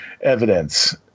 evidence